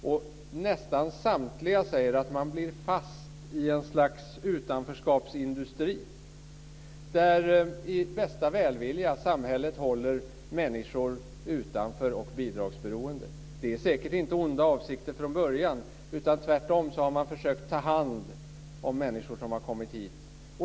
Och nästan samtliga säger att man blir fast i ett slags utanförskapsindustri där samhället i bästa välvilja håller människor utanför och bidragsberoende. Det är säkert inte onda avsikter från början, utan tvärtom har man försökt att ta hand om människor som har kommit hit.